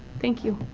thank you.